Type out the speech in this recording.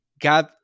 God